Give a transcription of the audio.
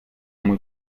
muy